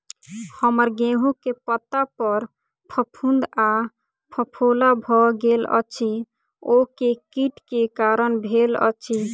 हम्मर गेंहूँ केँ पत्ता पर फफूंद आ फफोला भऽ गेल अछि, ओ केँ कीट केँ कारण भेल अछि?